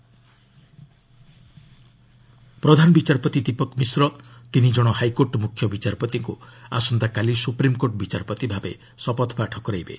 SC ଜେସ୍ ପ୍ରଧାନ ବିଚାରପତି ଦୀପକ ମିଶ୍ର ତିନି ଜଣ ହାଇକୋର୍ଟ ମୁଖ୍ୟ ବିଚାରପତିଙ୍କୁ ଆସନ୍ତାକାଲି ସୁପ୍ରିମ୍କୋର୍ଟ ବିଚାରପତି ଭାବେ ଶପଥପାଠ କରାଇବେ